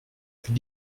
wie